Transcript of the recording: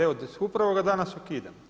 Evo upravo ga danas ukidamo.